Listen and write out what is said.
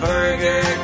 Burger